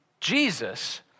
Jesus